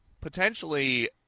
potentially